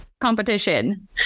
competition